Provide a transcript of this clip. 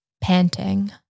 panting